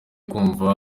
kumva